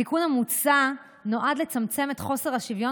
התיקון המוצע נועד לצמצם את חוסר השוויון